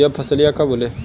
यह फसलिया कब होले?